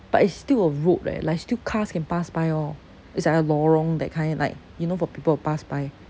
but it's still a road leh like still cars can pass by all it's like a lorong that kind like you know for people to pass by